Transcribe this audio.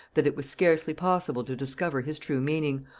that it was scarcely possible to discover his true meaning,